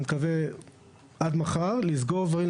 אני מקווה עד מחר לסגור דברים,